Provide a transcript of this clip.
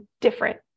different